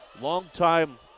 longtime